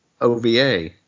OVA